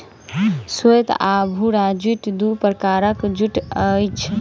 श्वेत आ भूरा जूट दू प्रकारक जूट अछि